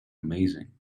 amazing